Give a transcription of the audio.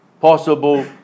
possible